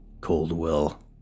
Coldwell